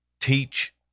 teach